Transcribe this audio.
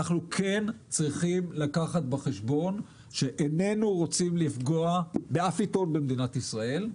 אנחנו צריכים לקחת בחשבון שאיננו רוצים לפגוע באף עיתון במדינת ישראל.